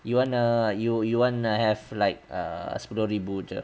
you wanna you you wanna have like err sepuluh ribu jer